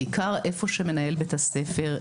בעיקר איפה שמנהל בית הספר,